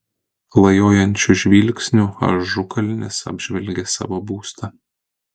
klajojančiu žvilgsniu ažukalnis apžvelgė savo būstą